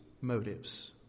motives